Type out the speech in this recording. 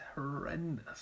horrendous